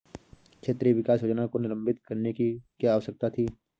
क्षेत्र विकास योजना को निलंबित करने की क्या आवश्यकता थी?